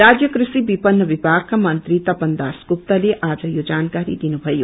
राज्य कूषि विपणन विभागका मंत्री तपन दास गुप्ताले आज यो जानकारी दिनुथयो